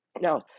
Now